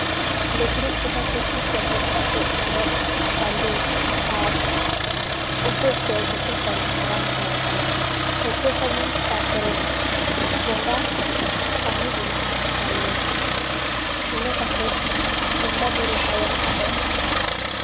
ᱞᱩᱜᱽᱲᱤᱡ ᱠᱚᱦᱚᱸ ᱛᱤᱠᱤ ᱥᱚᱵᱚᱫ ᱠᱟᱛᱮ ᱦᱚᱨᱚᱜᱼᱵᱟᱸᱫᱮ ᱟᱨ ᱩᱯᱟᱹᱥ ᱫᱚ ᱡᱚᱛᱚ ᱠᱷᱚᱱ ᱢᱟᱨᱟᱝ ᱦᱮᱣᱟ ᱠᱟᱱᱟ ᱩᱯᱟᱹᱥᱟᱵᱚᱱ ᱛᱟᱯᱚᱨᱮ ᱵᱚᱸᱜᱟ ᱠᱟᱹᱢᱤ ᱵᱚᱱ ᱠᱟᱹᱢᱤᱭᱟ ᱤᱱᱟᱹ ᱠᱟᱛᱮᱜ ᱵᱚᱸᱜᱟᱼᱵᱳᱨᱳ ᱛᱟᱭᱚᱢ ᱟᱫᱚ